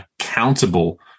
accountable